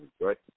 right